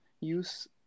use